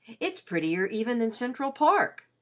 it's prettier even than central park.